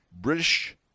British